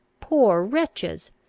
poor wretches!